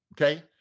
Okay